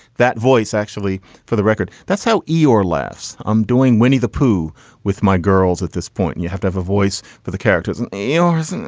that voice actually, for the record. that's how eeyore laughs. i'm doing winnie the pooh with my girls at this point and you have to have a voice for the characters and aliens and